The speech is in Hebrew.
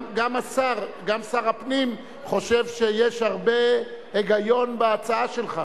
גם שר הפנים חושב שיש הרבה היגיון בהצעה שלך.